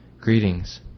Greetings